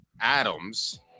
Adams –